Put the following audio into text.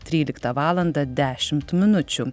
tryliktą valandą dešim minučių